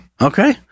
Okay